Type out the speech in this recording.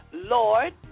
Lord